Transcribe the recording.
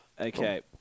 Okay